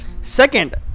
second